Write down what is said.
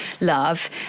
love